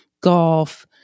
golf